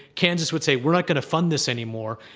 kansas would say, we're not going to fund this anymore,